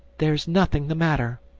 there's nothing the matter,